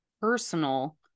personal